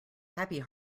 happy